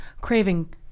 craving